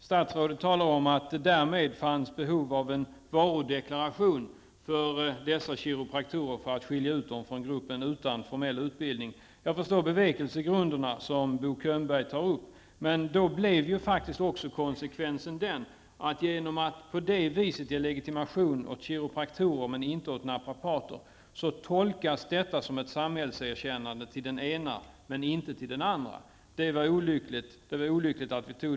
Statsrådet talar om att det därmed fanns behov av en varudeklaration för dessa kiropraktorer, för att skilja ut dem från den grupp som saknar formell utbildning. Jag förstår de bevekelsegrunder som Bo Könberg tar upp. Men konsekvensen av att på det viset ge legitimation enbart åt kiropraktorer -- alltså inte åt naprapater -- är faktiskt att detta tolkas som ett samhälleligt erkännande av bara den ena gruppen. Det är olyckligt att detta beslut fattades.